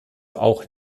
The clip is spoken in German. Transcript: auch